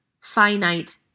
finite